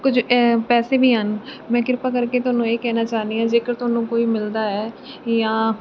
ਕੁਝ ਪੈਸੇ ਵੀ ਹਨ ਮੈਂ ਕਿਰਪਾ ਕਰਕੇ ਤੁਹਾਨੂੰ ਇਹ ਕਹਿਣਾ ਚਾਹੁੰਦੀ ਹਾਂ ਜੇਕਰ ਤੁਹਾਨੂੰ ਕੋਈ ਮਿਲਦਾ ਹੈ ਜਾਂ